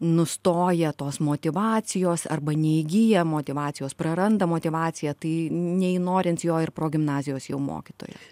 nustoja tos motyvacijos arba neįgyja motyvacijos praranda motyvaciją tai neįnorins jo ir progimnazijos jau mokytojai